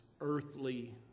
earthly